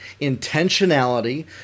intentionality